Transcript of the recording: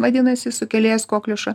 vadinasi sukėlėjas kokliušo